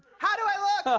how do i look? ah